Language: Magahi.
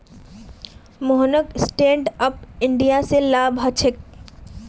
मोहनक स्टैंड अप इंडिया स लाभ ह छेक